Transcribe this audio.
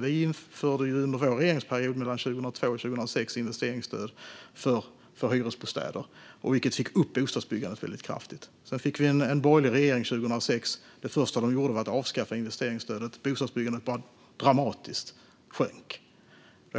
Vi införde under vår regeringsperiod mellan 2002 och 2006 ett investeringsstöd för hyresbostäder, vilket fick upp bostadsbyggandet väldigt kraftigt. År 2006 fick vi så en borgerlig regering. Det första den regeringen gjorde var att avskaffa investeringsstödet. Bostadsbyggandet sjönk dramatiskt. Så